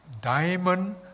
diamond